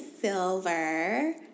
Silver